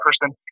person